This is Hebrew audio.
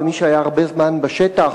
וכמי שהיה הרבה זמן בשטח,